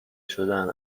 شدن